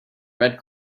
red